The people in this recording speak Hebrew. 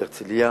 הרצלייה,